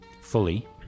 fully